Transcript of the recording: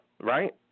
right